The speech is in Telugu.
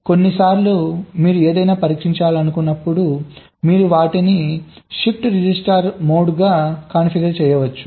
కానీ కొన్నిసార్లు మీరు ఏదైనా పరీక్షించాలనుకున్నప్పుడు మీరు వాటిని షిఫ్ట్ రిజిస్టర్ మోడ్గా కాన్ఫిగర్ చేయవచ్చు